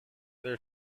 their